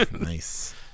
Nice